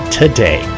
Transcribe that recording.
today